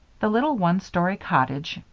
the little one-story cottage,